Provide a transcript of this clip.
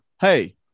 hey